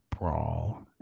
brawl